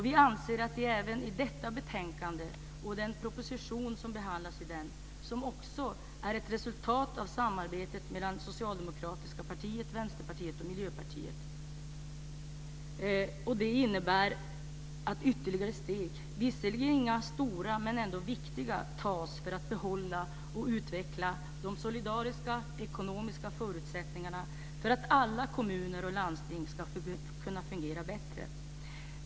Vi anser att även detta betänkande och den proposition som där behandlas är ett resultat av samarbetet mellan det socialdemokratiska partiet, Vänsterpartiet och Miljöpartiet. Det innebär att ytterligare steg - visserligen inga stora, men ändå viktiga - tas för att behålla och utveckla de solidariska ekonomiska förutsättningarna för att alla kommuner och landsting ska kunna fungera bättre.